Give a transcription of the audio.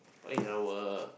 why you cannot work